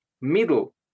middle